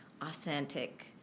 authentic